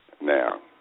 now